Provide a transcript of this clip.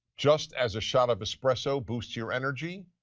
just as a shot of espresso boosts your energy,